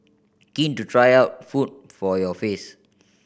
keen to try out food for your face